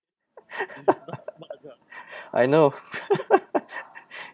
I know